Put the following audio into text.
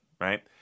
right